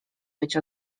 być